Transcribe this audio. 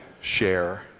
share